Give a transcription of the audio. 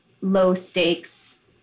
low-stakes